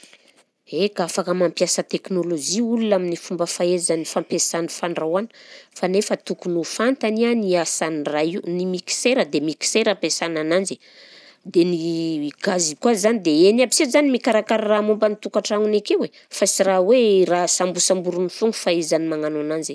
Eka, afaka mampiasa teknôlôjia olona amin'ny fomba fahaizany fampiasany fandrahoana fa nefa tokony ho fantany a ny asan'ny raha io ny mixeura dia mixeura ampiasana ananjy, dia ny gazy koa zany, dia igny aby se zany mikarakara momba ny tokantragnony akeo e, fa sy raha hoe raha sambosamboriny foagna fahaizany magnano ananzy.